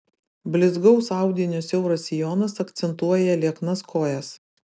blizgaus audinio siauras sijonas akcentuoja lieknas kojas